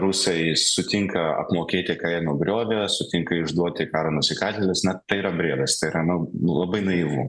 rusai sutinka apmokėti ką jie nugriovė sutinka išduoti karo nusikaltėlius na tai yra briedas tai yra nu labai naivu